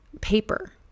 paper